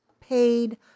paid